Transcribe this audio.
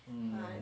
mm